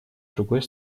другой